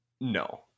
no